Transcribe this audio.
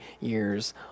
years